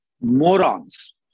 Morons